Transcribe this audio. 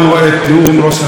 הוא התייחס לכמה דברים,